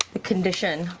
the condition.